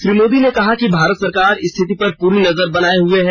श्री मोदी ने कहा कि भारत सरकार स्थिति पर पूरी नजर बनाए हुए है